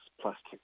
plastic